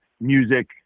music